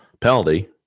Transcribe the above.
penalty